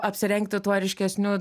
apsirengti tuo ryškesniu